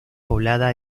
poblada